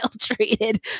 treated